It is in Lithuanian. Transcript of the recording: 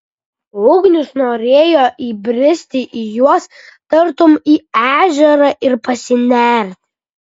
ugnius norėjo įbristi į juos tartum į ežerą ir pasinerti